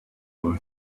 boy